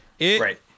Right